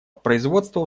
производства